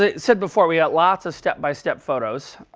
ah said before, we've got lots of step by step photos.